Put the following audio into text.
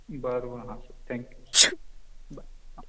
बरं मग हां सं थँक यू सं बरं हां